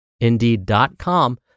indeed.com